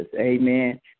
amen